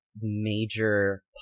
major